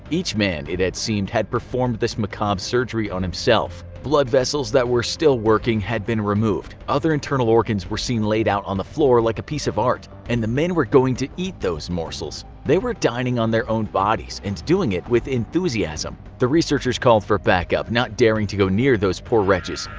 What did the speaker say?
each man it seemed had performed this macabre surgery on himself. blood vessels that were still working, had been removed. other internal organs were seen laid out on the floor like a piece of art, and the men were going to eat those morsels. they were dining on their own bodies, and doing it with enthusiasm. the researchers called for back-up, not daring to go near those poor wretches.